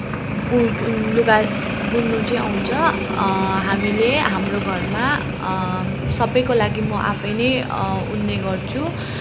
उ लुगा बुन्नु चाहिँ आउँछ हामीले हाम्रो घरमा सबैको लागि म आफै नै ऊन्ने गर्छु